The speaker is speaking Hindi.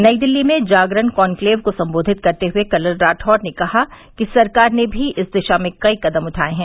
नई दिल्ली में जागरण कॉनक्लेव को संबोधित करते हुए कर्नल राठौड़ ने कहा कि सरकार ने भी इस दिशा में कई कदम उठाये है